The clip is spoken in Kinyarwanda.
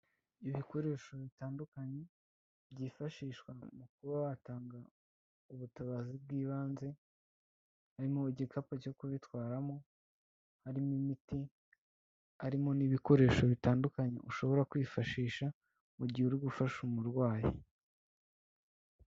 Ibikoresho bitandukanye byifashishwa mu kuba watanga ubutabazi bw'ibanze harimo igikapu cyo kubitwaramo, harimo imiti, harimo n'ibikoresho bitandukanye ushobora kwifashisha mu gihe uri gufasha umurwayi.